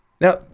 Now